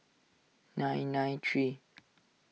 nine nine three